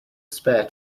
spare